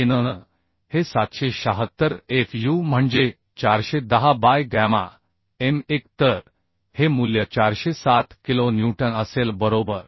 8an हे 776 Fuम्हणजे 410 by gamma m 1 तर हे मूल्य 407 किलो न्यूटन असेल बरोबर